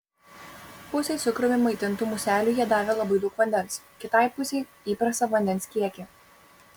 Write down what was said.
pusei cukrumi maitintų muselių jie davė labai daug vandens kitai pusei įprastą vandens kiekį